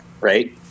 Right